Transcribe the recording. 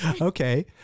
Okay